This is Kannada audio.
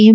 ಎಂ